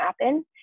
happen